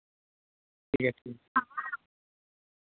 ठीक ऐ ठीक